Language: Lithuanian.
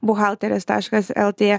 buhalterės taškas lt